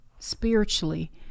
spiritually